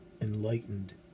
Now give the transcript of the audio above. enlightened